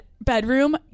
bedroom